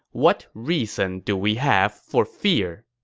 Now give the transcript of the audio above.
what reason do we have for fear?